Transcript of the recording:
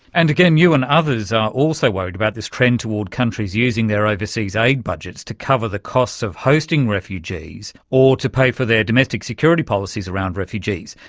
and again, you and others are also worried about this trend toward countries using their overseas aid budgets to cover the costs of hosting refugees or to pay for their domestic security policies around refugees.